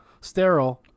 sterile